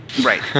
Right